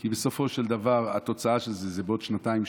כי בסופו של דבר התוצאה של זה היא בעוד שנתיים-שלוש.